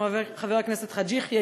עם חבר הכנסת חאג' יחיא,